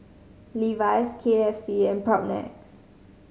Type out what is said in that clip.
Levi's K F C and Propnex